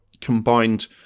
combined